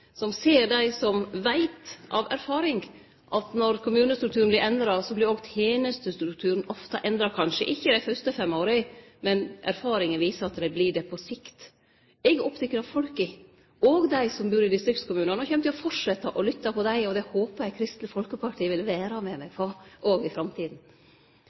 som ser dei som veit av erfaring at når kommunestrukturen vert endra, vert òg tenestestrukturen ofte endra – kanskje ikkje dei fyrste fem åra, men erfaringa viser at det vert det på sikt. Eg er oppteken av folket og dei som bur i distriktskommunane, og kjem til å fortsetje å lytte på dei. Det håpar eg Kristeleg Folkeparti vil vere med meg på òg i